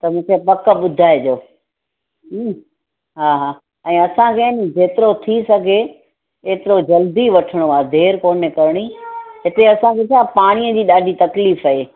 त मूंखे पकु ॿुधाइजो हा हा ऐं असांखे आहे नी जेतिरो थी सघे एतिरो जल्दी वठिणो आहे देरि कोन्हे करणी हिते असांखे छा आहे पाणीअ जी तकलीफ़ आहे